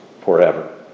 forever